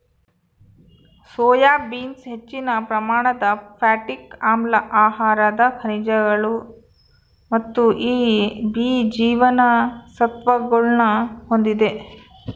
soya beans ಹೆಚ್ಚಿನ ಪ್ರಮಾಣದ phytic ಆಮ್ಲ ಆಹಾರದ ಖನಿಜಗಳು ಮತ್ತು ಬಿ ಜೀವಸತ್ವಗುಳ್ನ ಹೊಂದಿದೆ